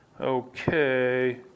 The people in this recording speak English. Okay